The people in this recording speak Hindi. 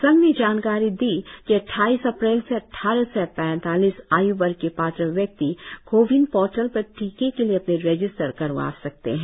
संघ ने जानकारी दी कि अद्वाईस अप्रैल से अद्वारह से पैतालीस आय् वर्ग के पात्र व्यक्ति कोविन पोर्टल पर टीके के लिए अपनी रेजिस्टर करवा सकते है